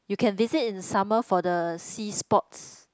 you can visit in summer for the sea sports